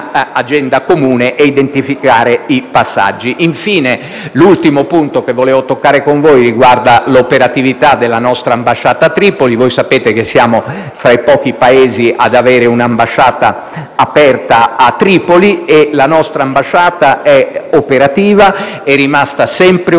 un'agenda comune e identificare i passaggi. Infine, l'ultimo punto che vorrei toccare con voi riguarda l'operatività della nostra ambasciata a Tripoli. Sapete che siamo fra i pochi Paesi ad avere un'ambasciata aperta a Tripoli, e la nostra ambasciata è ed è rimasta sempre operativa,